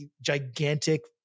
gigantic